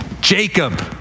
Jacob